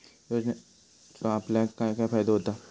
योजनेचो आपल्याक काय काय फायदो होता?